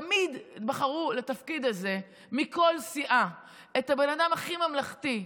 תמיד בחרו לתפקיד הזה מכל סיעה את הבן אדם הכי ממלכתי,